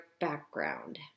background